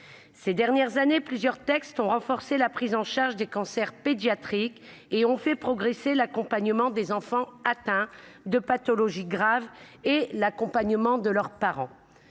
Ces dernières années, plusieurs textes ont renforcé la prise en charge des cancers pédiatriques et ont permis d’améliorer l’accompagnement des enfants atteints de pathologies graves et celui de leurs parents.